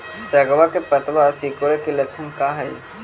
सगवा के पत्तवा सिकुड़े के लक्षण का हाई?